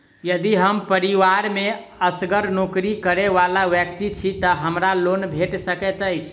यदि हम परिवार मे असगर नौकरी करै वला व्यक्ति छी तऽ हमरा लोन भेट सकैत अछि?